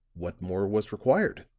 what more was required?